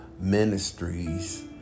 Ministries